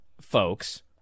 folks